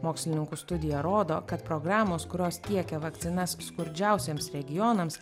mokslininkų studija rodo kad programos kurios tiekia vakcinas skurdžiausiems regionams